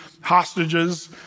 hostages